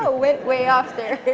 ah went way off there.